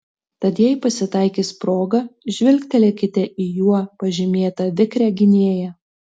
tad jei pasitaikys proga žvilgtelėkite į juo pažymėtą vikrią gynėją